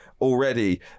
already